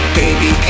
baby